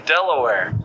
Delaware